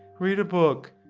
read a book.